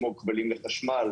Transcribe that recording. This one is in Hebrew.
כמו מוצרים לחשמל,